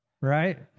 right